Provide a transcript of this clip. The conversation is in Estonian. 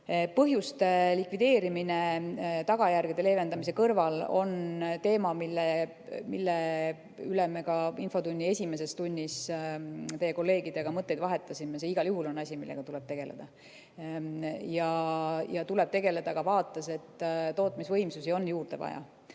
saab. Põhjuste likvideerimine tagajärgede leevendamise kõrval on teema, mille üle me ka infotunni esimeses tunnis teie kolleegidega mõtteid vahetasime. See on igal juhul asi, millega tuleb tegeleda. Ja tuleb tegeleda ka vaates, et tootmisvõimsusi on juurde vaja.